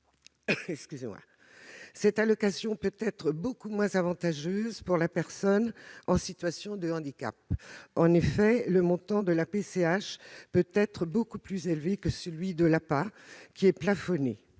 ; une allocation qui peut être beaucoup moins avantageuse pour la personne en situation de handicap. En effet, le montant de la PCH peut être beaucoup plus élevé que celui de l'APA, qui est plafonné,